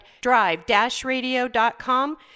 drive-radio.com